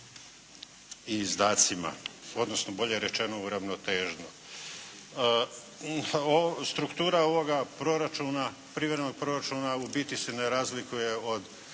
i izdacima. Odnosno bolje rečeno uravnotežno. Struktura ovoga proračuna, privrednog proračuna u biti se ne razlikuje od